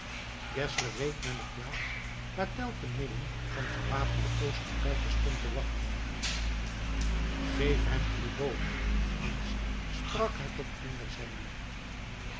reed naar de plaats waar tell te midden van gewapende oostenrijkers stond te wachten geef hem uw boog franz sprak hij tot een